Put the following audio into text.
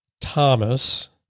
Thomas